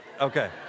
Okay